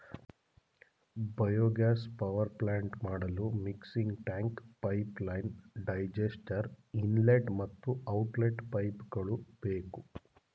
biogas power plant ಮಾಡಲು mixing tank, pipeline, digester, inlet ಮತ್ತು outlet ಪೈಪ್ಗಳು ಬೇಕು